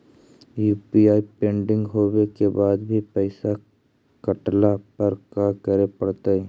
UPI pending होवे के बाद भी पैसा कटला पर का करे पड़तई?